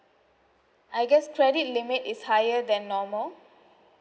I guess credit limit is higher than normal